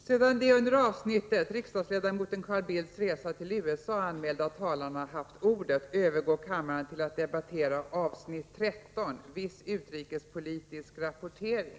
Sedan de under avsnittet Riksdagsledamoten Carl Bildts resa till USA anmälda talarna nu haft ordet övergår kammaren till att debattera avsnitt 13: Viss utrikespolitisk rapportering.